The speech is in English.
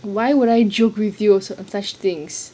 why would I joke with you on such things